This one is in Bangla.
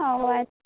ও আচ্ছা